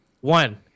One